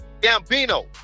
Gambino